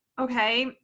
okay